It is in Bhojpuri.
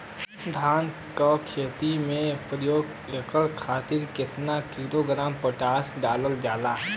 धान क खेती में प्रत्येक एकड़ खातिर कितना किलोग्राम पोटाश डालल जाला?